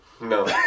no